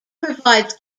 provides